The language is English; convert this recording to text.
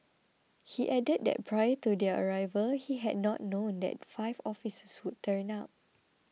he added that prior to their arrival he had not known that five officers would turn up